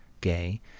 gay